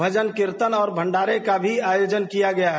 भजन कीर्तन और भंडारे का भी आयोजन किया गया है